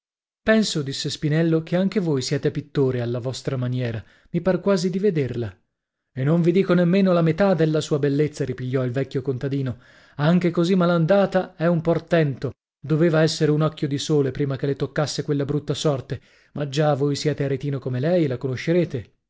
penso disse spinello che anche voi siete pittore alla vostra maniera mi par quasi di vederla e non vi dico nemmeno la metà della sua bellezza ripigliò il vecchio contadino anche così malandata è un portento doveva essere un occhio di sole prima che le toccasse quella brutta sorte ma già voi siete aretino come lei e la conoscerete